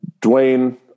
Dwayne